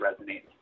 resonates